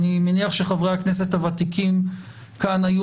אני מניח שחברי הכנסת הוותיקים כאן היו